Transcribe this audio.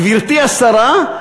גברתי השרה,